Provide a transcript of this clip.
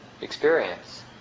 experience